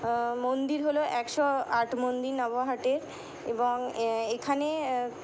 মন্দির হলো একশো আট মন্দির নবহাটের এবং এখানে